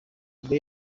ubwo